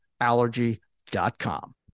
Allergy.com